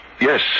Yes